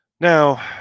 Now